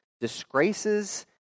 disgraces